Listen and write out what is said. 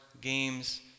games